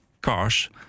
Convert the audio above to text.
cars